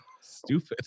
Stupid